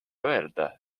öelda